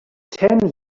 ten